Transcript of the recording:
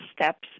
steps